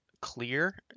clear